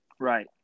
right